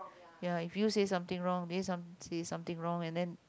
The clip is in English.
ya if you say something wrong they some say something wrong and then